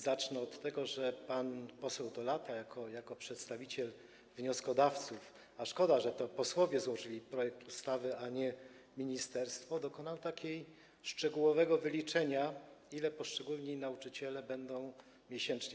Zacznę od tego, że pan poseł Dolata jako przedstawiciel wnioskodawców - szkoda, że to posłowie złożyli projekt ustawy, a nie ministerstwo - dokonał takiego szczegółowego wyliczenia, ile poszczególni nauczyciele będą zarabiali miesięcznie.